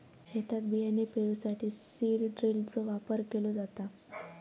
शेतात बियाणे पेरूसाठी सीड ड्रिलचो वापर केलो जाता